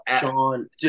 Sean